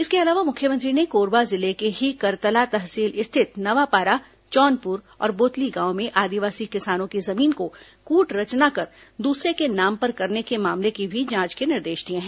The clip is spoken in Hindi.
इसके अलावा मुख्यमंत्री ने कोरबा जिले के ही करतला तहसील स्थित नवापारा चौनपुर और बोतली गांव में आदिवासी किसानों की जमीन को कूटरचना कर दूसरे के नाम पर करने के मामले की भी जांच के निर्देश दिए हैं